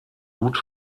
gut